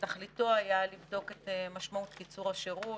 שתכליתו הייתה לבדוק את משמעות קיצור השירות,